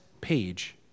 page